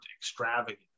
extravagant